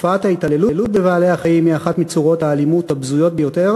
תופעת ההתעללות בבעלי-החיים היא אחת מצורות האלימות הבזויות ביותר